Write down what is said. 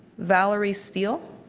valley steel.